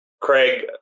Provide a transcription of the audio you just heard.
Craig